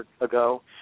ago